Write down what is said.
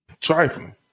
Trifling